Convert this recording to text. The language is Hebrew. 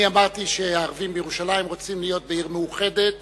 אני אמרתי שהערבים בירושלים רוצים להיות בעיר מאוחדת,